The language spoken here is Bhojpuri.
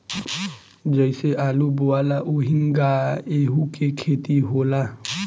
जइसे आलू बोआला ओहिंगा एहू के खेती होला